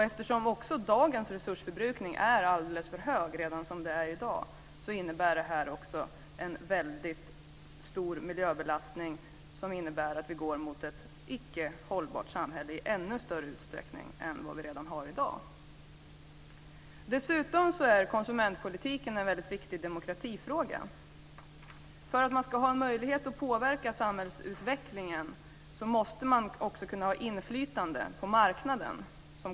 Eftersom också dagens resursförbrukning redan är alldeles för hög innebär det också en väldigt stor miljöbelastning, som innebär att vi går mot ett icke hållbart samhälle i ännu större utsträckning än vad vi har i dag. Dessutom är konsumentpolitiken en väldigt viktig demokratifråga. För att man ska ha möjlighet att påverka samhällsutvecklingen måste man som konsument också kunna ha inflytande på marknaden.